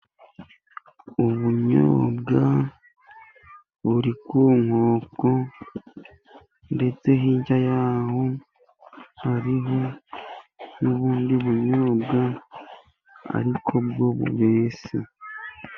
Ubunyobwa buri ku nkoko ,ndetse hirya y'aho hariho n'ubundi bunyobwa ariko bwo mubese.